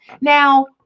Now